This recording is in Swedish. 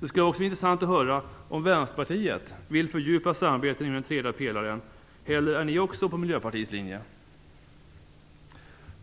Det skulle också vara intressant att höra om Vänsterpartiet vill fördjupa samarbetet inom den tredje pelaren eller om ni också är inne på Miljöpartiets linje.